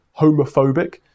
homophobic